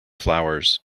flowers